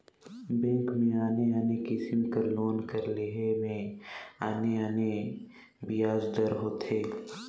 bank में आने आने किसिम कर लोन कर लेहे में आने आने बियाज दर होथे